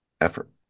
effort